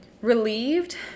relieved